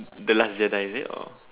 the last Jedi is it or